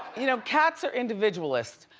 you know, cats are individualist,